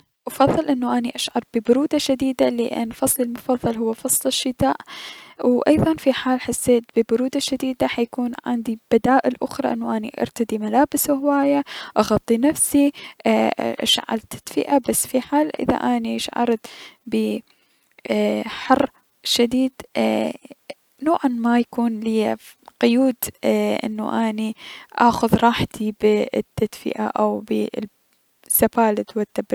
افضل ان اشعر بالبرودة الشديدة لأن فصلي المفضل هو فصل الشتاء و ايضا في حال حسيت ببرودة شديدة حيكون عندي بدائل اخرى انو اني ارتدي ملابس هواية، اغطي نفسي، اي - اشعل تدفئة بس في حال اذا اني شعرت ب اي- حر شديد اي- نوعا ما يكون ليا قيود انو اني اخذ راحتي بالتدفئة و السبالت و التبريد.